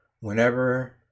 whenever